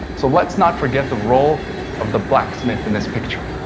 so let's not forget the role of the blacksmith in this picture,